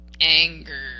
anger